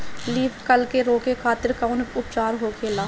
Leaf curl के रोके खातिर कउन उपचार होखेला?